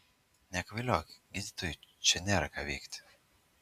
nekvailiok gydytojui čia nėra ką veikti